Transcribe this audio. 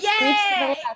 yay